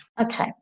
Okay